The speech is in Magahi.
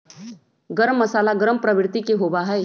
गर्म मसाला गर्म प्रवृत्ति के होबा हई